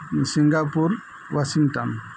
Singapore Washington